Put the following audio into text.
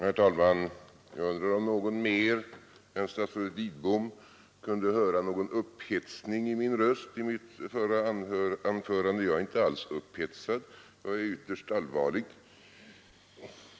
Herr talman! Jag undrar om någon mer än statsrådet Lidbom kunde höra någon upphetsning i min röst i mitt förra anförande. Jag är inte alls upphetsad. Jag är ytterst allvarlig.